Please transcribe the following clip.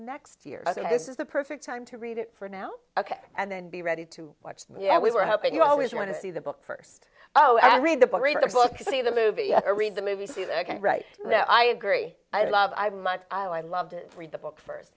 next year and this is the perfect time to read it for now ok and then be ready to watch yeah we were hoping you always want to see the book first oh i read the book read the book see the movie or read the movie see that i can't right now i agree i love i much i loved it read the book first